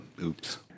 oops